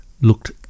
looked